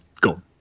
gone